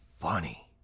funny